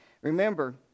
remember